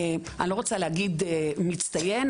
אני לא רוצה להגיד מצטיין,